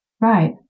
Right